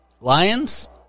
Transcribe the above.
Lions